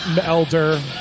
Elder